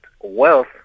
wealth